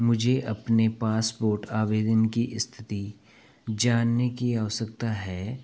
मुझे अपने पासपोर्ट आवेदन की स्थिति जानने की आवश्यकता है